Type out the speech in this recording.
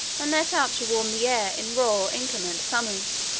and let out to warm the air in raw inclement summers.